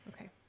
Okay